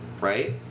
Right